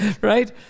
Right